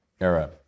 era